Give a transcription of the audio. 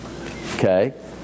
Okay